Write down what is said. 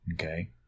okay